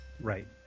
Right